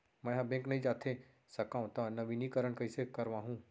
मैं ह बैंक नई जाथे सकंव त नवीनीकरण कइसे करवाहू?